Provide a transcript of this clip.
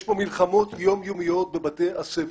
יש פה מלחמות יום-יומיות בבתי הספר.